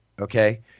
Okay